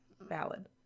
valid